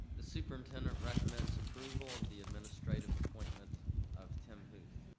the superintendent recommends approval of the administrative appointment of tim huth.